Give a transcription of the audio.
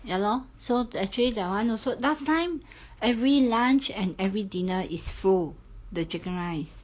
ya lor so actually that [one] also last time every lunch and every dinner is full the chicken rice